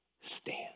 stand